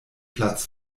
platz